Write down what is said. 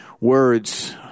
words